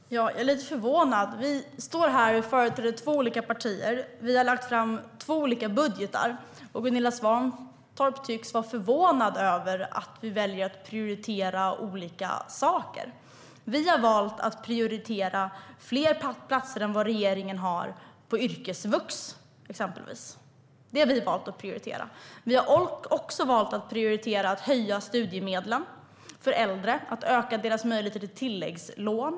Herr talman! Jag är lite förvånad. Vi står här och företräder två olika partier, och vi har lagt fram två olika budgetförslag. Ändå tycks Gunilla Svantorp vara förvånad över att vi väljer att prioritera olika saker. Vi har valt att prioritera till exempel fler platser på yrkesvux än regeringen. Det har vi valt att prioritera. Vi har också valt att prioritera att höja studiemedlen för äldre och öka deras möjligheter till tilläggslån.